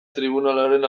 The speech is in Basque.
tribunalaren